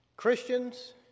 Christians